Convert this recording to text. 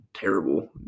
terrible